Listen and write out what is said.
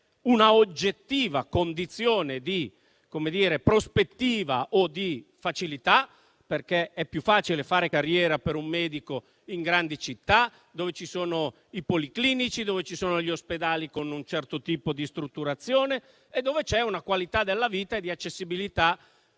una oggettiva condizione di prospettiva o di facilità. È più facile, infatti, fare carriera per un medico in grandi città, dove ci sono i policlinici, gli ospedali con un certo tipo di strutturazione e una qualità della vita e di accessibilità